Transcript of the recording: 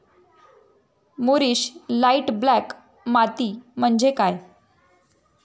मूरिश light black माती म्हणजे काय?